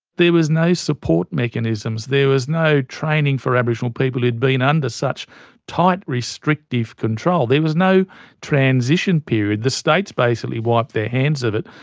there was no support mechanisms, there was no training for aboriginal people who had been under such tight, restrictive control. there was no transition period. the states basically wiped their hands of it,